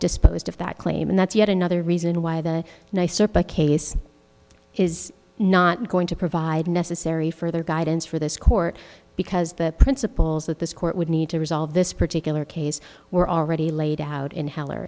disposed of that claim and that's yet another reason why the nicer case is not going to provide necessary further guidance for this court because the principles that this court would need to resolve this particular case were already laid out in heller